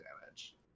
damage